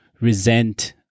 resent